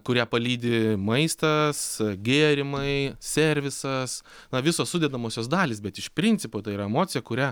kurią palydi maistas gėrimai servisas na visos sudedamosios dalys bet iš principo tai yra emocija kurią